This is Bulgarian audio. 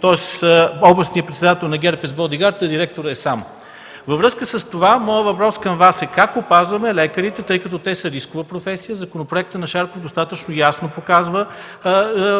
Тоест областният председател на ГЕРБ е с бодигард, а директорът е сам. Във връзка с това, моят въпрос е: как опазваме лекарите, тъй като те са с рискова професия? Законопроектът на Шарков ясно показва